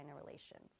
Relations